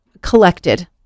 collected